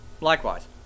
Likewise